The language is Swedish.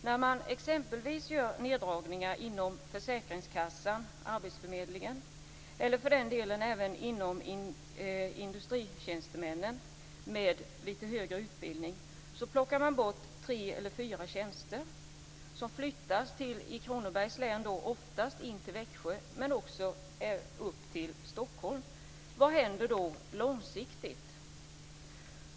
När man exempelvis gör neddragningar inom försäkringskassan och arbetsförmedlingen, eller för den delen för industritjänstemän med högre utbildning, plockas tre eller fyra tjänster bort och flyttas i Kronobergs län oftast till Växjö, men också upp till Stockholm. Vad händer då långsiktigt?